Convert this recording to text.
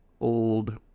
old